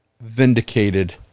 Vindicated